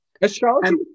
astrology